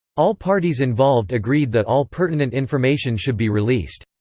all parties involved agreed that all pertinent information should be released.